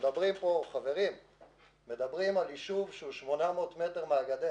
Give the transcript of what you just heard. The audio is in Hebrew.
מדברים על ישוב שהוא 800 מטר מהגדר.